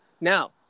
Now